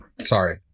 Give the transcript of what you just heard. Sorry